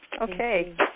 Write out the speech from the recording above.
Okay